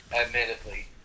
admittedly